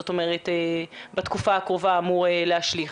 בתקופה הקרובה אמור להשליך.